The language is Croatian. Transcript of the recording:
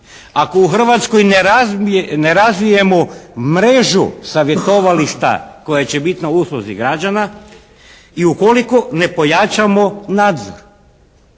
ako u Hrvatskoj ne razvijemo mrežu savjetovališta koja će biti na usluzi građana i ukoliko ne pojačamo nadzor?